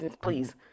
please